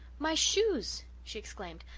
my shoes, she exclaimed.